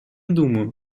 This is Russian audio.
думаю